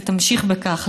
ותמשיך בכך,